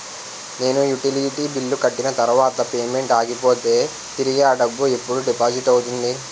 నేను utility bill కట్టిన తర్వాత పేమెంట్ ఆగిపోతే తిరిగి అ డబ్బు ఎప్పుడు డిపాజిట్ అవుతుంది?